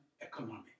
economy